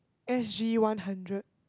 S_G one hundred